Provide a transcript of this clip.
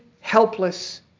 helpless